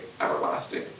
everlasting